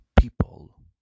people